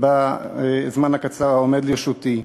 בזמן הקצר העומד לרשותי.